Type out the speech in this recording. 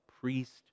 priest